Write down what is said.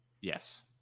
Yes